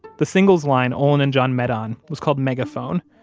the singles line olin and john met on was called megaphone.